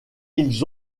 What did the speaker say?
ils